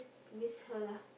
miss her lah